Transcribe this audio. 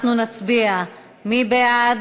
אנחנו עוברים, רגע.